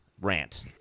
rant